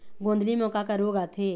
गोंदली म का का रोग आथे?